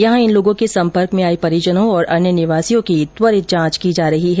यहां इन लोगों के सम्पर्क में आये परिजनों और अन्य निवासियों की जांच की जा रही है